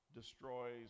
destroys